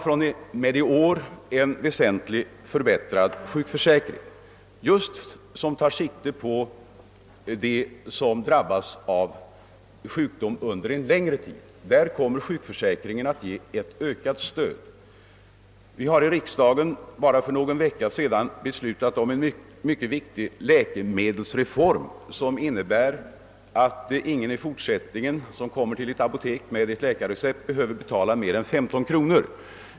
Från och med i år har en väsentligt förbättrad sjukvårdsförsäkring, som just tar sikte på dem som drabbas av sjukdom under en längre tid, genomförts. I sådana fall kommer sjukförsäkringen att ge ett ökat stöd. I riksdagen har vi bara för någon vecka sedan beslutat om en mycket viktig läkemedelsreform, som innebär att ingen som i fortsättningen kommer till ett apotek med ett läkarrecept behöver betala mer än 15 kronor.